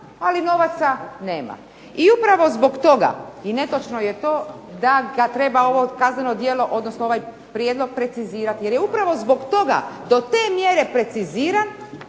ali novaca nema. I upravo zbog toga i netočno je to da ga treba ovo kazneno djelo, odnosno ovaj prijedlog precizirati jer je upravo zbog toga do te mjere preciziran